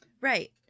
Right